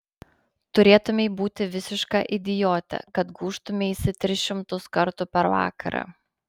turėtumei būti visiška idiote kad gūžtumeisi tris šimtus kartų per vakarą